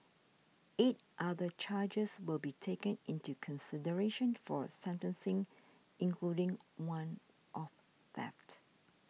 eight other charges will be taken into consideration for sentencing including one of theft